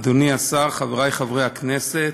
אדוני השר, חברי חברי הכנסת,